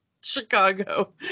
Chicago